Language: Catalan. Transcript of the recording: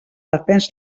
defensa